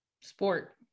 sport